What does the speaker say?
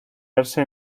verse